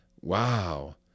Wow